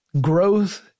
Growth